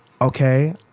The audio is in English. okay